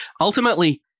ultimately